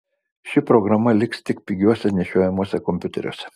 ši programa liks tik pigiuosiuose nešiojamuosiuose kompiuteriuose